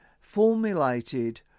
formulated